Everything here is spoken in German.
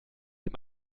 dem